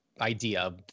idea